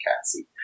Cassie